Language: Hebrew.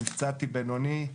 נפצעתי בינוני.